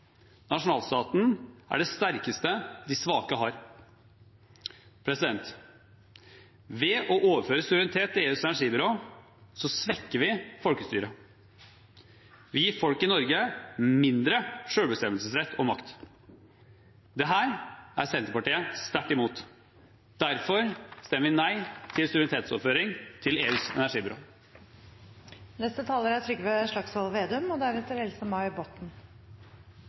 «Nasjonalstaten er det sterkeste de svake har.» Ved å overføre suverenitet til EUs energibyrå svekker vi folkestyret. Vi gir folk i Norge mindre sjølbestemmelsesrett og makt. Dette er Senterpartiet sterkt imot. Derfor stemmer vi nei til suverenitetsoverføring til EUs energibyrå.